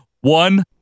One